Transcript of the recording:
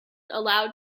allowed